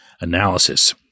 analysis